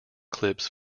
clips